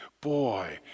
boy